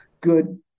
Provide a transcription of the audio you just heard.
good